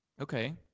okay